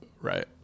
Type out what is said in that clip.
Right